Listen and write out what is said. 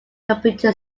computer